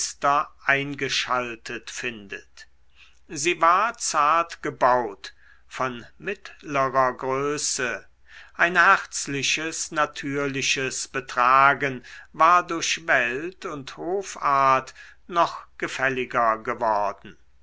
eingeschaltet findet sie war zart gebaut von mittlerer größe ein herzliches natürliches betragen war durch welt und hofart noch gefälliger geworden